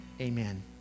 amen